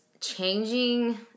changing